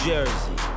Jersey